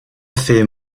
fait